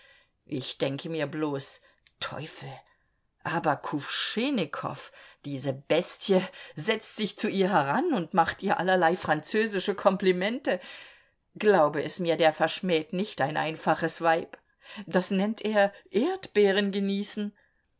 ich denke mir bloß teufel aber kuwschinnikow diese bestie setzt sich zu ihr heran und macht ihr allerlei französische komplimente glaube es mir der verschmäht nicht ein einfaches weib das nennt er erdbeeren genießen